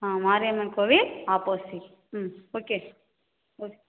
ஆ மாரியம்மன் கோவில் ஆப்போசிட் ம் okay okay